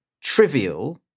trivial